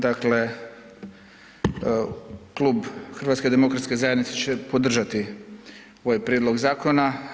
Dakle, Klub HDZ-a će podržati ovaj prijedlog zakona.